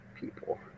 people